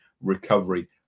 recovery